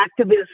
activists